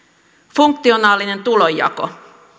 funktionaalinen tulonjako